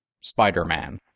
Spider-Man